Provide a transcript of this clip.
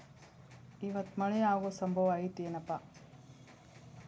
ಇವತ್ತ ಮಳೆ ಆಗು ಸಂಭವ ಐತಿ ಏನಪಾ?